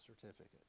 certificate